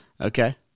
Okay